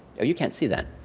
you can't see that.